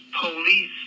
police